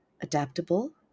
adaptable